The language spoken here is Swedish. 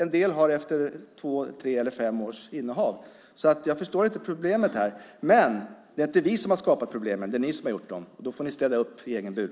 En del har det efter två, tre eller fem års innehav. Så jag förstår inte problemet här. Det är inte vi som har skapat problemen. Det är ni som har gjort det. Då får ni städa upp i egen bur.